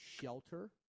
shelter